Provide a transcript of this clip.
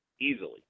Easily